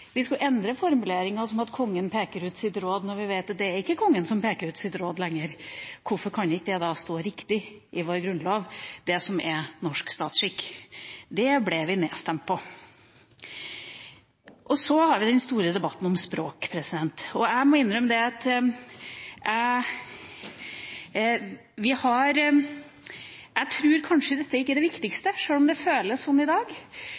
råd» når vi vet at det ikke er Kongen som peker ut sitt råd lenger. Hvorfor kan ikke det stå riktig i vår grunnlov det som er norsk statsskikk? Dette ble vi nedstemt på. Så har vi den store debatten om språk. Jeg må innrømme at jeg kanskje tror dette ikke er det viktigste, sjøl om det føles sånn i dag.